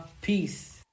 Peace